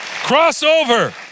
Crossover